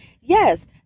Yes